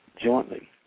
jointly